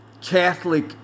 Catholic